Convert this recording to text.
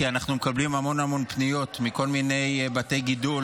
כי אנחנו מקבלים המון המון פניות מכל מיני בתי גידול.